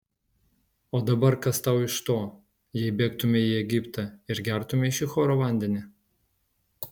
o dabar kas tau iš to jei bėgtumei į egiptą ir gertumei šihoro vandenį